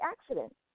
accident